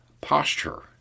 posture